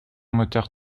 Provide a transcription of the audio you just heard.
moteur